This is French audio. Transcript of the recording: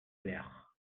clair